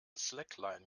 slackline